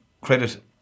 credit